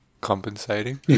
Compensating